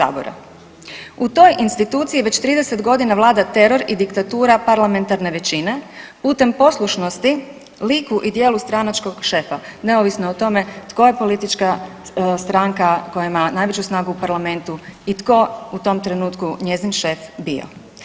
U toj instituciji već 30.g. vlada teror i diktatura parlamentarne većine putem poslušnosti liku i djelu stranačkog šefa neovisno o tome tko je politička stranka koja ima najveću snagu u parlamentu i tko u tom trenutku njezin šef bio.